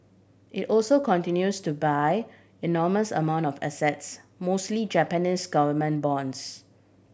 it also continues to buy enormous amount of assets mostly Japanese government bonds